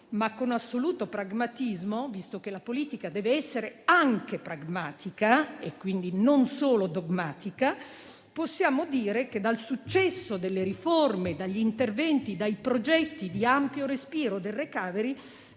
ma con assoluto pragmatismo, visto che la politica deve essere anche pragmatica e non solo dogmatica, possiamo dire che dal successo delle riforme, dagli interventi, dai progetti di ampio respiro del *recovery